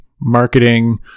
marketing